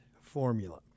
formula